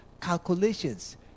calculations